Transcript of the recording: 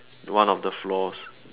one of the floors